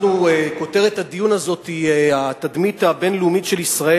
כותרת הדיון הזה היא התדמית הבין-לאומית של ישראל.